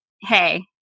hey